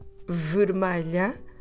vermelha